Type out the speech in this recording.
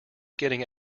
getting